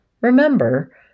Remember